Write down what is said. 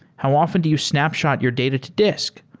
how often to you snapshot your data to disk?